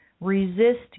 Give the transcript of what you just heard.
resist